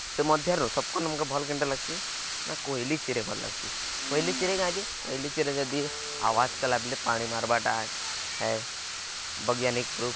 ସେ ମଧ୍ୟରୁ ସବ୍କର୍ନୁ ମକେ ଭଲ୍ କେନ୍ଟା ଲାଗ୍ସି ନା କୋଇଲି ଚେରେ ଭଲ୍ ଲାଗ୍ସି କୋଇଲି ଚେରେ କାଁ ଯେ କୋଇଲି ଚେରେ ଯଦି ଆୱାଜ୍ କଲା ବେଲେ ପାଣି ମାର୍ବାଟା ହେ ବୈଜ୍ଞାନିକ ପ୍ରୁଫ୍